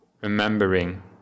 remembering